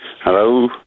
Hello